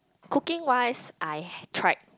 cooking wise I've tried